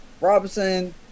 Robinson